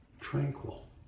Tranquil